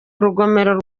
urugomero